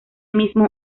mismo